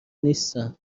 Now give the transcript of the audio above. نیستم